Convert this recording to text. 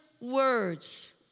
words